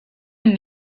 you